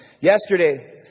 yesterday